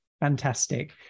Fantastic